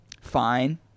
fine